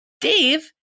Dave